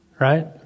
right